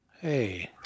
Hey